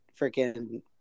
freaking